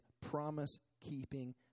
promise-keeping